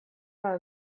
bat